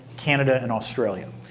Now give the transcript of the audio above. canada, and australia.